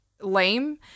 lame